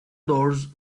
doors